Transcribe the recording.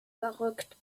verrückt